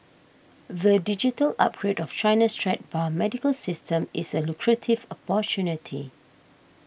the digital upgrade of China's threadbare medical system is a lucrative opportunity